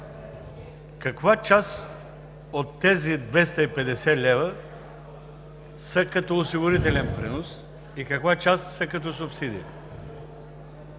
каква част от тези 250 лв. са като осигурителен принос и каква част са като субсидия?